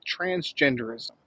transgenderism